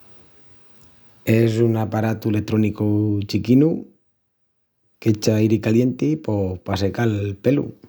Es un aparatu letrónicu chiquinu qu’echa airi calienti pos pa secá’l pelu.